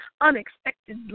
unexpected